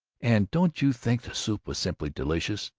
and don't you think the soup was simply delicious?